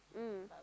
mm